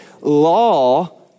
law